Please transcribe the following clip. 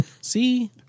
See